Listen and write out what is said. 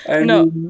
No